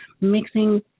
mixing